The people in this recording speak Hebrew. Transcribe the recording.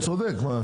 צודק.